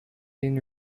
been